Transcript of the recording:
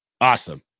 Awesome